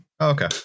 Okay